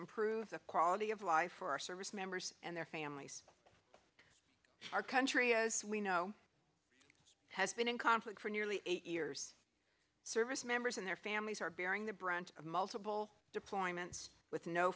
improve the quality of life for our service members and their families our country as we know has been in conflict for nearly eight years service members and their families are bearing the brunt of multiple deployments with no